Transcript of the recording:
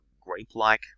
grape-like